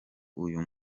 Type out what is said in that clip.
uyu